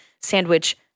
sandwich